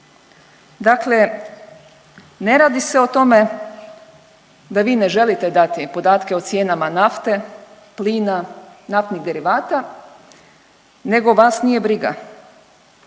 Dakle, ne radi se o tome da vi ne želite dati podatke o cijenama nafte, plina, naftnih derivata nego vas nije briga,